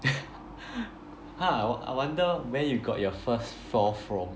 !huh! I wonder where you got your first four from